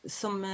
som